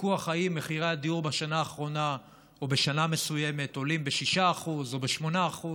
הוויכוח אם מחירי הדיור בשנה האחרונה או בשנה מסוימת עולים ב-6% או ב-8%